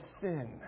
sin